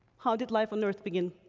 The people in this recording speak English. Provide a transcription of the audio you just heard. how did life on earth begin?